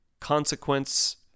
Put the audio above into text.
consequence